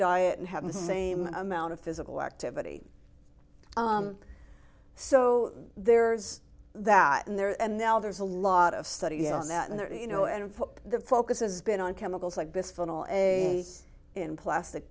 diet and have the same amount of physical activity so there's that in there and now there's a lot of study on that and there you know and for the focus has been on chemicals like bisphenol a in plastic